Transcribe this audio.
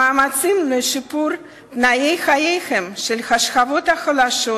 המאמצים לשיפור תנאי חייהן של השכבות החלשות,